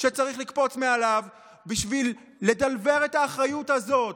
שצריך לקפוץ מעליו בשביל לדלבר את האחריות הזאת.